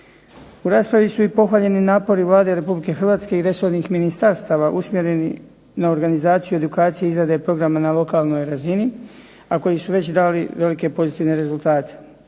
U raspravi su i pohvaljeni napori Vlade Republike Hrvatske i resornih ministarstava usmjereni na organizaciju i edukaciju izrade programa na lokalnoj razini, a koji su već dali velike pozitivne rezultate.